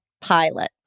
pilot